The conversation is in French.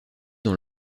dans